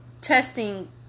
testing